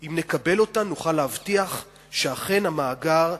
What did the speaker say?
ואם נקבל אותן נוכל להבטיח שאכן המאגר,